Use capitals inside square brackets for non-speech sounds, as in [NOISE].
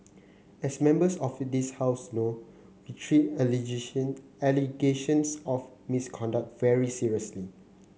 as members of this House know we treat [UNINTELLIGIBLE] allegations of misconduct very seriously